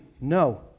No